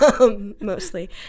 mostly